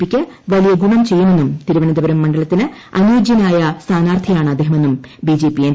പിക്ക് വലിയ ഗുണം ചെയ്യുമെന്നും ് തിരുവനന്തപുരം മണ്ഡലത്തിന് അനുയോജ്യനായ സ്ഥാനാർത്ഥിയാണ് അദ്ദേഹമെന്നും ബിജെപി എം